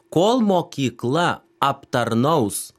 kol mokykla aptarnaus